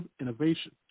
innovation